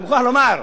אני מוכרח לומר,